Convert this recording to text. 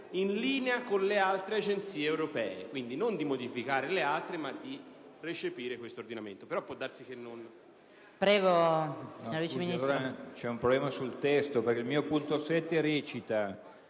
in linea con le altre agenzie europee». Non si chiede dunque di modificare le altre, ma di recepire questo ordinamento.